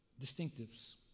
distinctives